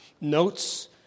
notes